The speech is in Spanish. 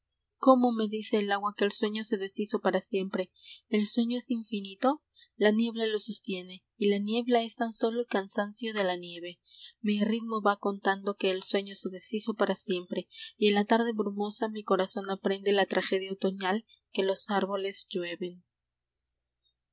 cómo me dice el agua que el sueño se deshizo para siempre el sueño es infinito la niebla lo sostiene y la niebla es tan sólo cansancio de la nieve mi ritmo va contando que el sueño se deshizo para siempre y en la tarde brumosa mi corazón aprende la tragedia otoñal que los árboles llueven